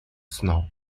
snout